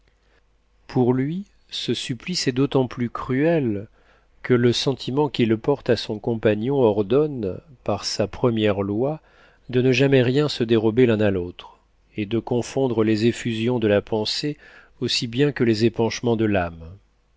pour lui ce supplice est d'autant plus cruel que le sentiment qu'il porte à son compagnon ordonne par sa première loi de ne jamais rien se dérober l'un à l'autre et de confondre les effusions de la pensée aussi bien que les épanchements de l'âme